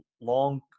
long